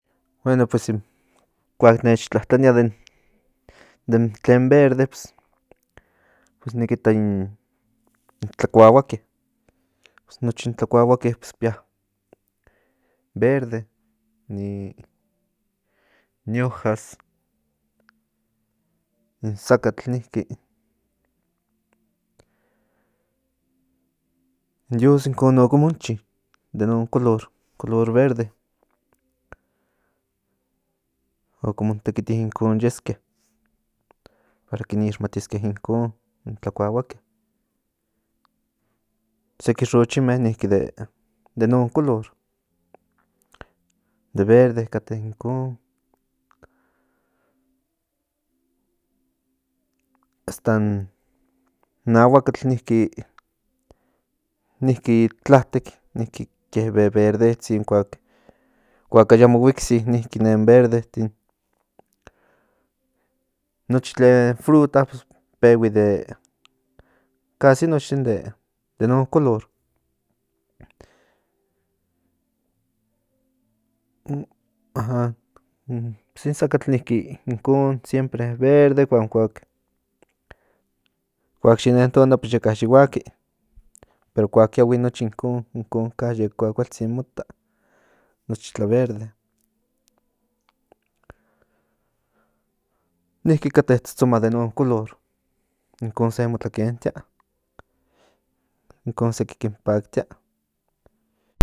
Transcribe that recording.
Bueno kuak nech tlatlania de tlen verde pues nik ita in tlakuahuake nochi in tlakuahuake ki pía verde ni hojas in zacatl niki dios incon okomonchi de non color verde okomon tekiti incon yeske para kin ixmatiske incon in tlakuahuake seki xochime niki de non color de verde kate incon hasta in ahuakatl niki tlatek ke veverdetsi kuak ayamo huiksi niki nen verdetin nochi tlen fruta pehui de acaso nochtin de non color in zacatl incon siempre verde kuak yo nen tona yeka yo huaki pero kuak kiahui inkon nochi ka yek kuakualtzin mota nochi tla verde niki ka totsoma de non color inkon se mo tlakentia inkon seki kin paktia